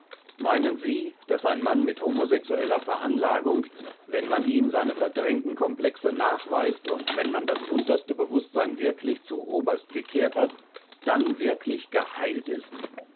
meinen sie daß ein mann mit homosexueller veranlagung wenn man ihm seine verdrängten komplexe nachweist und wenn man das unterste bewußtsein wirklich zu oberst gekehrt hat dann wirklich geheilt ist